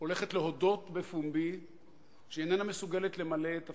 הולכת להודות בפומבי שהיא איננה מסוגלת למלא את תפקידה.